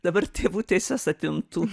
dabar tėvų teises atimtų